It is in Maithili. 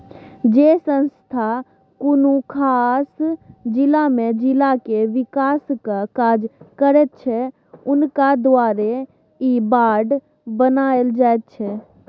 जे संस्था कुनु खास जिला में जिला के विकासक काज करैत छै हुनका द्वारे ई बांड बनायल जाइत छै